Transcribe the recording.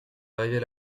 arrivés